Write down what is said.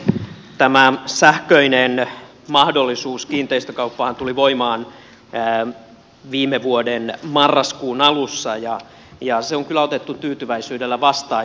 tämä sähköinen mahdollisuus kiinteistökauppaanhan tuli voimaan viime vuoden marraskuun alussa ja se on kyllä otettu tyytyväisyydellä vastaan